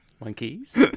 Monkeys